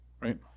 right